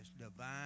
divine